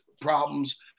problems